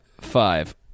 Five